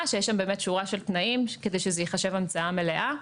כאשר יש שם שורה של תנאים כדי שזה ייחשב המצאה מלאה.